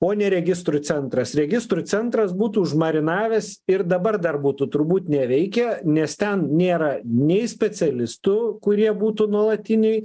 o ne registrų centras registrų centras būtų užmarinavęs ir dabar dar būtų turbūt neveikę nes ten nėra nei specialistų kurie būtų nuolatiniai